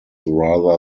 rather